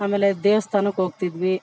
ಆಮೇಲೆ ದೇವಸ್ಥಾನಕ್ ಹೋಗ್ತಿದ್ವಿ